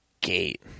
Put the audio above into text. gate